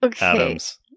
Adams